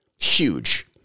huge